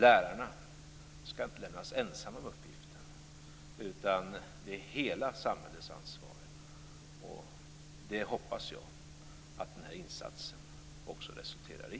Lärarna skall inte lämnas ensamma med uppgiften, utan det är hela samhällets ansvar. Det hoppas jag att den här insatsen också resulterar i.